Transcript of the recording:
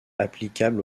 applicables